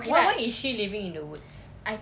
but why is she living in the woods